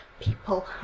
people